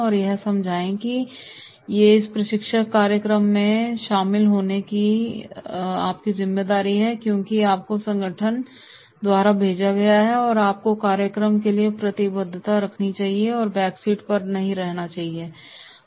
और यह समझाए की हाँ यह इस प्रशिक्षण कार्यक्रम में शामिल होने के लिए आपकी ज़िम्मेदारी है क्योंकि आपको अपने संगठन द्वारा भेजा गया है और आपको कार्यक्रम के लिए प्रतिबद्धता रखनी चाहिए बैकसीट पर नहीं रहना चाहिए